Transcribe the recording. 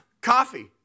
coffee